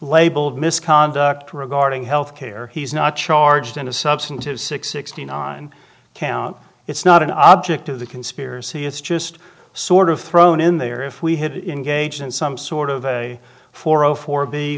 labeled misconduct regarding health care he's not charged in a substantive six sixty nine count it's not an object of the conspiracy it's just sort of thrown in there if we had in gauge in some sort of a four zero four be